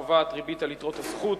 הקובעת ריבית על יתרות הזכות,